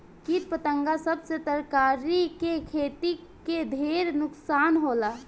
किट पतंगा सब से तरकारी के खेती के ढेर नुकसान होला